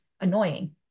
annoying